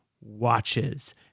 watches